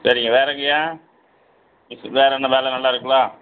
சரிங்க வேறங்கய்யா வேற என்ன வேலை நல்லாருக்குலா